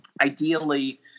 ideally